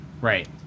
Right